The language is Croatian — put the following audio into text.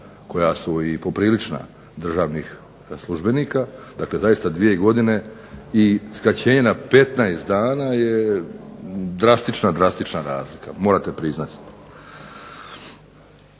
koja su i poprilična državnih službenika. Dakle zaista dvije godine i skraćenje na 15 dana je drastična, drastična razlika, morate priznati.